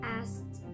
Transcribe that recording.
asked